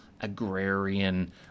agrarian